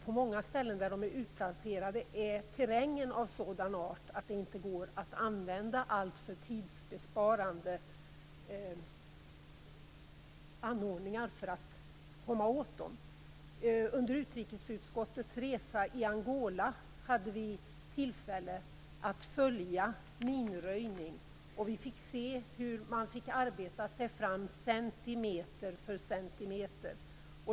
På många ställen där de är utplacerade är terrängen av sådan art att det inte går att använda särskilt tidsbesparande anordningar för att komma åt dem. Under utrikesutskottets resa i Angola hade vi tillfälle att följa minröjning, och vi fick se hur man fick arbeta sig fram centimeter för centimeter.